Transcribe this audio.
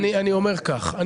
אני אומר כך: